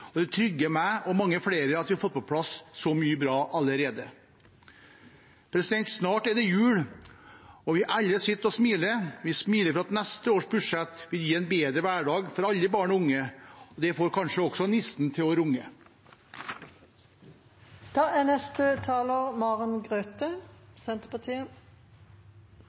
og det trygger meg og mange flere at vi har fått på plass så mye bra allerede. Snart er det jul, og «vi ælle sitt' å smiler». Vi smiler fordi neste års budsjett vil gi en bedre hverdag for alle barn og unge, og det får kanskje også nissens latter til å